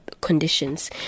conditions